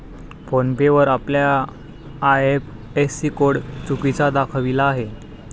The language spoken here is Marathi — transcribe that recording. फोन पे वर आपला आय.एफ.एस.सी कोड चुकीचा दाखविला आहे